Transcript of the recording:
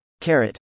Carrot